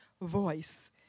voice